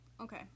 Okay